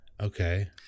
Okay